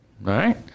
right